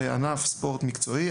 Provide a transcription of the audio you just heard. זהו ענף ספורט מקצועי?